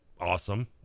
Awesome